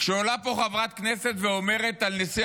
כשעולה לפה חברת כנסת ואומרת על נשיא